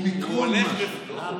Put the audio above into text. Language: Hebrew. שהוא מיקרון ומשהו.